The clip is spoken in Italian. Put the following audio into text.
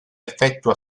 effettua